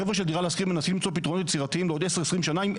החבר'ה של דירה להשכיר מנסים למצוא פתרונות יצירתיים לעוד 10-20 שנים,